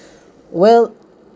well